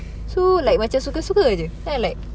so like macam suka-suka jer then I like